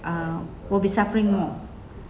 uh will be suffering more